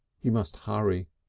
he must hurry.